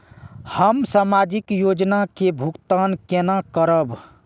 हम सामाजिक योजना के भुगतान केना करब?